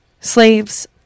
slaves